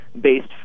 Based